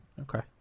Okay